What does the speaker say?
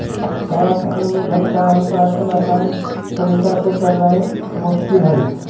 कराधान में धन का हस्तांतरण असान तरीका से करनाइ मोस्किल हइ